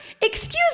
Excuse